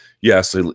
yes